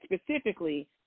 specifically –